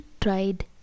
tried